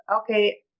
okay